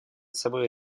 собой